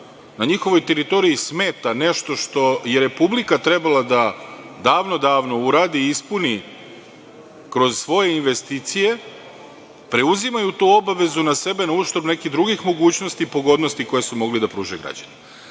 na njihovoj teritoriji smeta nešto što je Republika trebala da davno, davno uradi i ispuni kroz svoje investicije, preuzimaju tu obavezu na sebe na uštrb nekih drugih mogućnosti i pogodnosti koje su mogli da pružaju građanima. Iz